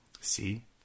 See